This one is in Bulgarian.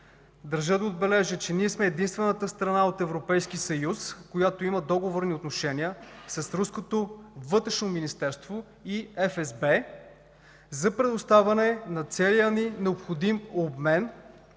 Държа да отбележа, че ние сме единствената страна от Европейския съюз, която има договорни отношения с руското Вътрешно министерство и ФСБ за предоставяне на целия ни необходим обмен